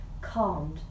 calmed